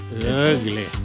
Ugly